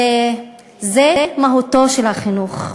הרי זה מהותו של החינוך.